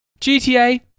GTA